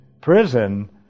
prison